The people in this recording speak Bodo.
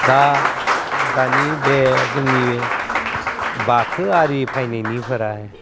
दा दानि बे जोंनि बे बाथौआरि फायनायनिफ्राय